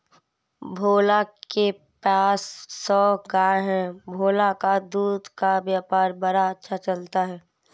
भोला के पास सौ गाय है भोला का दूध का व्यापार बड़ा अच्छा चलता है